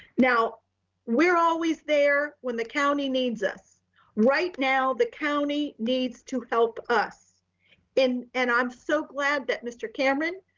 now we're always there when the county needs us right now, the county needs to help us in. and i'm so glad that mr. cameron,